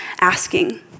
asking